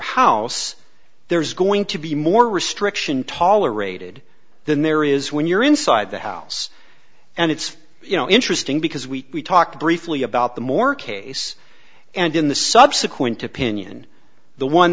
house there's going to be more restriction tolerated than there is when you're inside the house and it's you know interesting because we talked briefly about the more case and in the subsequent opinion the one